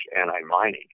anti-mining